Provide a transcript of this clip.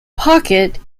pocket